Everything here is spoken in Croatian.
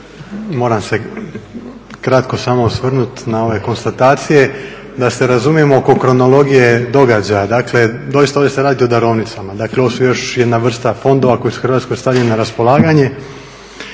Moram se kratko samo osvrnuti na ove konstatacije da se razumijemo oko kronologije događaja. Dakle, doista ovdje se radi o darovnicama. Dakle, ovo su još jedna vrsta fondova koji su Hrvatskoj stavljeni na raspolaganje.